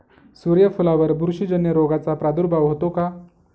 सूर्यफुलावर बुरशीजन्य रोगाचा प्रादुर्भाव होतो का?